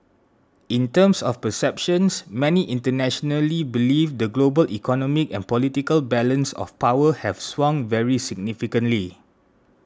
in terms of perceptions many internationally believe the global economic and political balance of power has swung very significantly